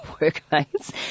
workmates